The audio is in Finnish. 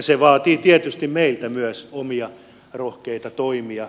se vaatii tietysti meiltä myös omia rohkeita toimia